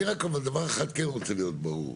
אני רק דבר אחד כן רוצה להיות ברור,